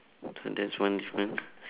so that's one difference